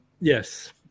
Yes